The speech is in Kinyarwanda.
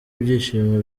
ibyishimo